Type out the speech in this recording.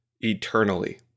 eternally